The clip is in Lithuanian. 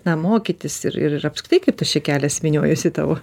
na mokytis ir ir apskritai kaip tas čia kelias vyniojosi tavo